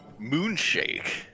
Moonshake